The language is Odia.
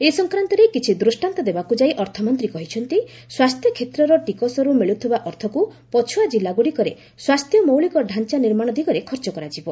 ଏ ସଂକ୍ରାନ୍ତରେ କିଛି ଦୂଷ୍କାନ୍ତ ଦେବାକୁ ଯାଇ ଅର୍ଥମନ୍ତୀ କହିଛନ୍ତି ସ୍ୱାସ୍ଥ୍ୟ କ୍ଷେତ୍ରର ଟିକସରୁ ମିଳୁଥିବା ଅର୍ଥକୁ ପଛୁଆ ଜିଲ୍ଲାଗୁଡ଼ିକରେ ସ୍ୱାସ୍ଥ୍ୟ ମୌଳିକ ଡ଼ାଞ୍ଚା ନିର୍ମାଣ ଦିଗରେ ଖର୍ଚ୍ଚ କରାଯିବ